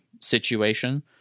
situation